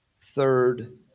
third